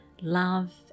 love